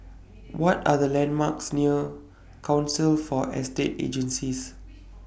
What Are The landmarks near Council For Estate Agencies